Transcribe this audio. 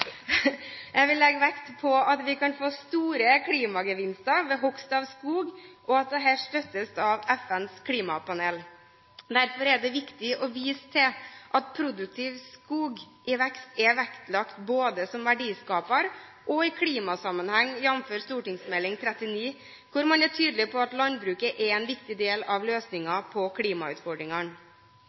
Jeg vil legge vekt på at vi kan få store klimagevinster ved hogst av skog, og at dette støttes av FNs klimapanel. Derfor er det viktig å vise til at produktiv skog i vekst er vektlagt både som verdiskaper og i klimasammenheng, jf. St.meld. nr. 39 for 2008–2009, hvor man er tydelig på at landbruket er en viktig del av løsningen på klimautfordringene.